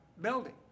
building